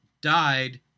died